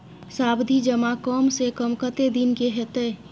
सावधि जमा कम से कम कत्ते दिन के हते?